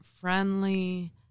friendly